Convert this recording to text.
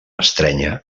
estrènyer